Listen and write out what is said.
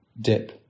dip